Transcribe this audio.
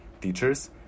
teachers